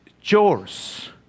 chores